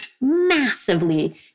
massively